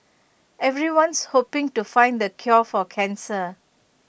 everyone's hoping to find the cure for cancer